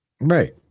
right